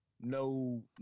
no